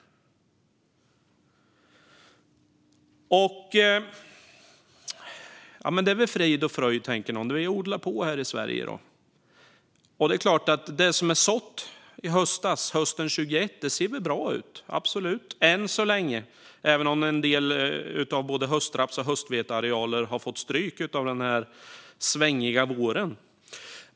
Det är väl frid och fröjd, tänker någon. Vi odlar på här i Sverige. Och det är klart - det som såddes hösten 2021 ser väl bra ut än så länge, även om en del höstraps och höstvetearealer har fått stryk av den svängiga våren.